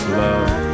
love